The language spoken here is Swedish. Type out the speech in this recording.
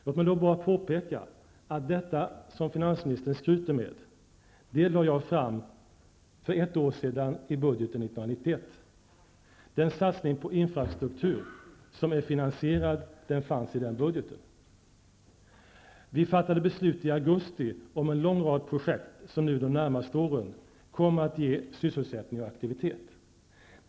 Låt mig då bara påpeka att detta som finansministern skryter med lade jag fram förslag om för ett år sedan, i budgeten 1991. Den satsning på infrastruktur som är finansierad fanns i denna budget. Vi fattade beslut i augusti om en lång rad projekt som under de närmaste åren kommer att ge sysselsättning och aktivitet.